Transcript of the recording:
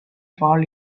fall